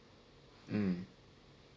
mm